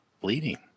bleeding